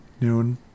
Noon